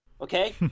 okay